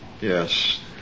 Yes